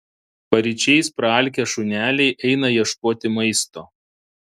paryčiais praalkę šuneliai eina ieškoti maisto